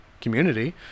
Community